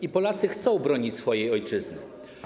I Polacy chcą bronić swojej ojczyzny.